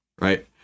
Right